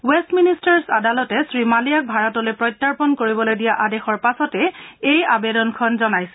Westminster's আদালতে শ্ৰীমালিয়াক ভাৰতলৈ প্ৰত্যাৰ্পণ কৰিবলৈ দিয়া আদেশৰ পাছতে এই আবেদন জনাইছিল